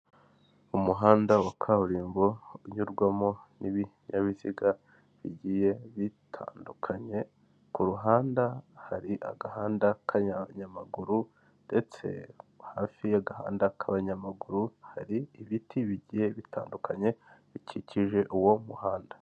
Umuhanda wa kaburimbo unyurwamo n'ibinyabiziga bigiye bitandukanye, ku ruhanda hari agahanda k'abanyamaguru ndetse hafi y'agahanda k'abanyamaguru hari ibiti bigiye bitandukanye bikikije uwo muhanda.